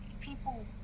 people